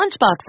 lunchbox